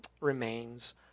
remains